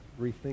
rethink